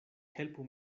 helpu